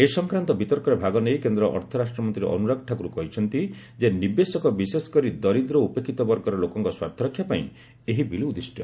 ଏ ସଂକ୍ରାନ୍ତ ବିତର୍କରେ ଭାଗ ନେଇ କେନ୍ଦ୍ର ଅର୍ଥରାଷ୍ଟ୍ରମନ୍ତ୍ରୀ ଅନୁରାଗ ଠାକୁର କହିଛନ୍ତି ଯେ ନିବେଶକ ବିଶେଷ କରି ଦରିଦ୍ର ଓ ଉପେକ୍ଷିତବର୍ଗର ଲୋକଙ୍କ ସ୍ୱାର୍ଥରକ୍ଷା ପାଇଁ ଏହି ବିଲ୍ ଉଦ୍ଦିଷ୍ଟ